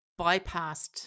bypassed